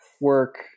work